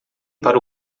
para